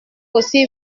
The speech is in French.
aussi